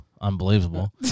Unbelievable